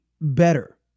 better